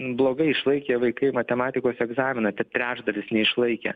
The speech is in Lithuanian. blogai išlaikė vaikai matematikos egzaminą trečdalis neišlaikė